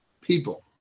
people